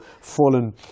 fallen